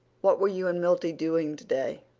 what were you and milty doing today?